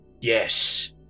Yes